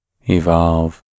evolve